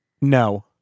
No